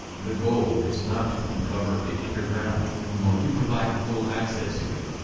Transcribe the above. the goal is not to uncover the underground home nor to provide full access to it.